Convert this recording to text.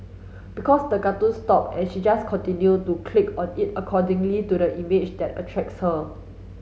because the cartoon stopped and she just continued to click on it accordingly to the image that attracts her